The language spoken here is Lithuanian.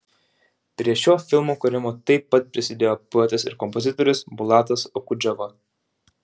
prie šio filmo kūrimo taip pat prisidėjo poetas ir kompozitorius bulatas okudžava